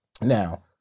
Now